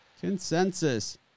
Consensus